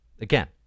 Again